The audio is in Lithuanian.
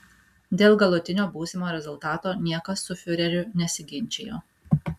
dėl galutinio būsimo rezultato niekas su fiureriu nesiginčijo